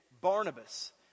Barnabas